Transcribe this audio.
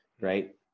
right